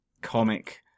comic